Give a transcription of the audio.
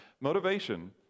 Motivation